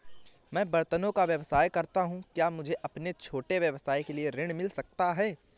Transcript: मैं बर्तनों का व्यवसाय करता हूँ क्या मुझे अपने छोटे व्यवसाय के लिए ऋण मिल सकता है?